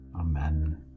Amen